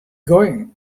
going